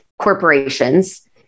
corporations